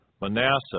Manasseh